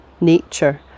nature